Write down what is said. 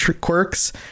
quirks